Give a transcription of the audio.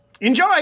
Enjoy